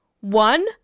One